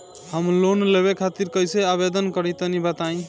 हम लोन लेवे खातिर कइसे आवेदन करी तनि बताईं?